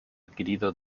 adquirido